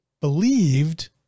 believed